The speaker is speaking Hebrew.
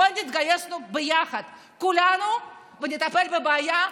בואו נתגייס ביחד כולנו ונטפל בבעיה,